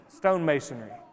stonemasonry